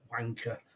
Wanker